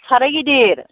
साराय गिदिर